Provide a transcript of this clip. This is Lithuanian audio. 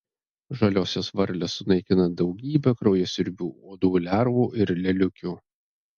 žaliosios varlės sunaikina daugybę kraujasiurbių uodų lervų ir lėliukių